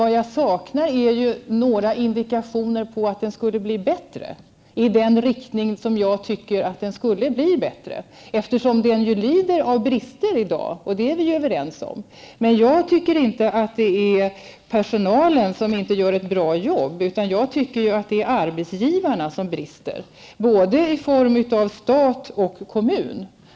Vad jag saknar är indikationer på att den blir bättre i den riktning som jag tycker gör att den blir det. Vi är överens om att den nuvarande barnomsorgen i dag har brister. Jag anser inte att det är personalen som inte gör ett bra jobb. I stället tycker jag att bristerna finns hos arbetsgivarna, både staten och kommunerna.